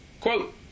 quote